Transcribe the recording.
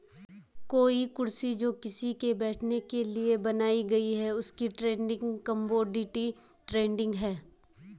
कोई कुर्सी जो किसी के बैठने के लिए बनाई गयी है उसकी ट्रेडिंग कमोडिटी ट्रेडिंग है